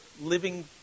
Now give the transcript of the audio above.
living